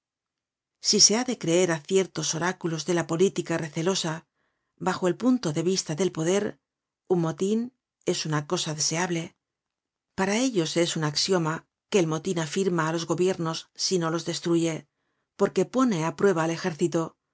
si se ha de creer á ciertos oráculos de la política recelosa bajo el punto de vista del poder un motin es una cosa deseable para ellos es un axioma que el motin afirma á los gobiernos si no los destruye porque pone á prueba el ejército